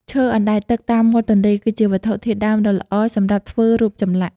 ឈើអណ្តែតទឹកតាមមាត់ទន្លេ គឺជាវត្ថុធាតុដើមដ៏ល្អសម្រាប់ធ្វើរូបចម្លាក់។